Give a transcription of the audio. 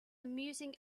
amusing